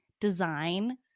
design